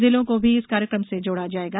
जिलों को भी इस कार्यक्रम से जोड़ा जायेगा